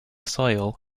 soil